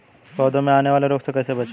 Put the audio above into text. पौधों में आने वाले रोग से कैसे बचें?